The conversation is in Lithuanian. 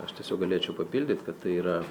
aš tiesiog galėčiau papildyt kad tai yra